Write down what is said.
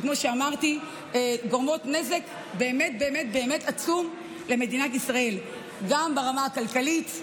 שכמו שאמרתי גורמות נזק באמת באמת עצום למדינת ישראל גם ברמה הכלכלית,